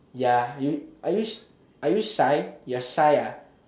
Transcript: ya you are you are you shy you're shy ah